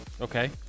Okay